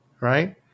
right